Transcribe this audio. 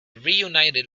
reunited